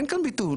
אין כאן ביטול.